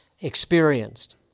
experienced